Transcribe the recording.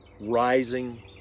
rising